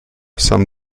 сам